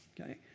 okay